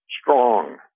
strong